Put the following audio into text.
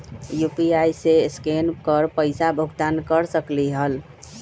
UPI से scan कर पईसा भुगतान कर सकलीहल?